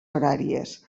horàries